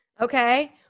Okay